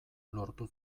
lortu